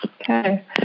Okay